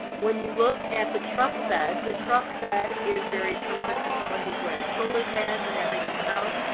when you look at the truck bed, the truck bed is very similar to someone who's wearing shoulder pads and everything else.